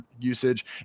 usage